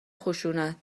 خشونت